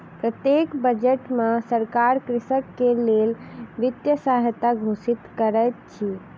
प्रत्येक बजट में सरकार कृषक के लेल वित्तीय सहायता घोषित करैत अछि